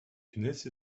кінець